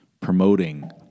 promoting